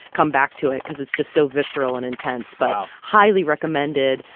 come back to it because it's just so visceral and intense but highly recommended,